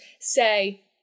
say